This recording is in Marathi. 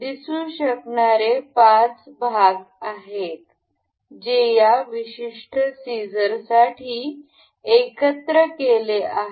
दिसू शकणारे 5 भाग आहेत जे या विशिष्ट कात्रीसाठी एकत्र केले आहेत